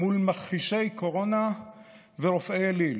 מול מכחישי קורונה ורופאי אליל,